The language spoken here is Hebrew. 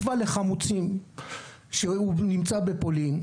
מפעל לחמוצים שהוא נמצא בפולין.